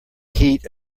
heat